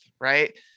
Right